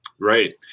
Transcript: Right